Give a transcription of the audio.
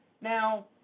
Now